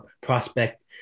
prospect